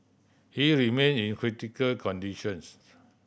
he remain in critical conditions